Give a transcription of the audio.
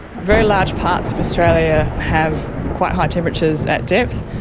very large parts of australia have quite high temperatures at depth.